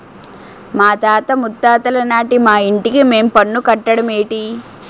మాతాత ముత్తాతలనాటి మా ఇంటికి మేం పన్ను కట్టడ మేటి